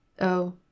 Oh